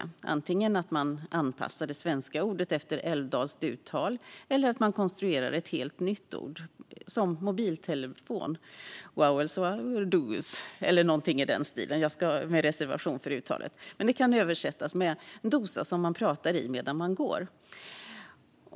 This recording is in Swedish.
Det görs antingen genom att man anpassar det svenska ordet efter älvdalskt uttal eller konstruerar ett helt nytt ord, till exempel mobiltelefon, wavelslaverduos - med reservation för mitt uttal -, som kan översättas med "dosa man pratar i medan man går".